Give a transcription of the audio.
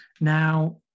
Now